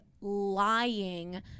lying